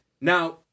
Now